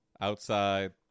Outside